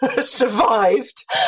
survived